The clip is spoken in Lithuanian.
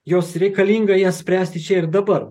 jos reikalinga jas spręsti čia ir dabar